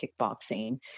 kickboxing